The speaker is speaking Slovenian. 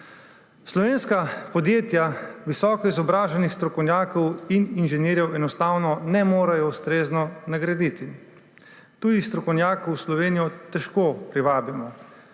Slovenska podjetja visoko izobraženih strokovnjakov in inženirjev enostavno ne morejo ustrezno nagraditi. Tuje strokovnjake v Slovenijo težko privabimo,